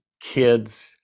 kids